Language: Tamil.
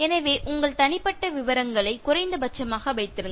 எனவே உங்கள் தனிப்பட்ட விவரங்களை குறைந்தபட்சமாக வைத்திருங்கள்